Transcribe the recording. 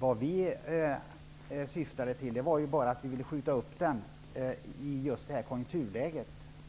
Vad vi syftade till var bara att vi i just det här konjunkturläget